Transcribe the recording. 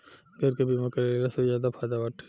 घर के बीमा कराइला से ज्यादे फायदा बाटे